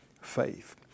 faith